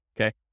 okay